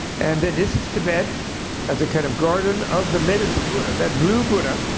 and this is tibet as a kind of garden of the medicine buddha. that blue buddha,